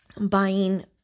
buying